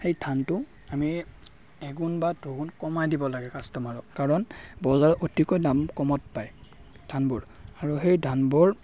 সেই ধানটো আমি এগুণ বা দুগুণ কমাই দিব লাগে কাষ্ট'মাৰক কাৰণ বজাৰ অতিকৈ দাম কমত পায় ধানবোৰ আৰু সেই ধানবোৰ